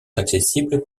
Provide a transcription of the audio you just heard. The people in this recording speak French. accessibles